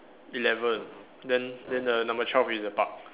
eleven then then the number twelve is the park